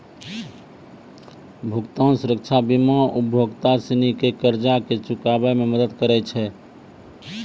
भुगतान सुरक्षा बीमा उपभोक्ता सिनी के कर्जा के चुकाबै मे मदद करै छै